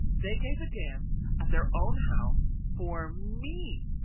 they gave a dance at their own house for me.